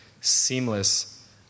seamless